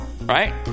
Right